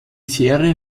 serie